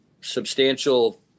substantial